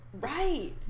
right